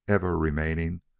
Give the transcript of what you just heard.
ever remaining,